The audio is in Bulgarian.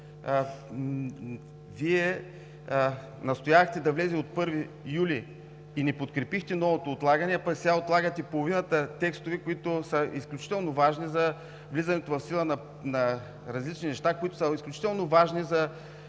Вие настоявахте да влезе от 1 юли и не подкрепихте новото отлагане, а пък сега отлагате половината текстове, които са изключително важни за влизането в сила на различни неща, които са изключително важни за